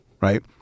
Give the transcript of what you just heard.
right